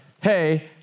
hey